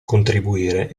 contribuire